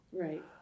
Right